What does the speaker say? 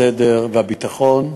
הסדר והביטחון,